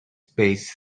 space